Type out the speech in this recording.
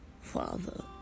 Father